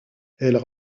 elles